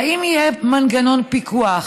האם יהיה מנגנון פיקוח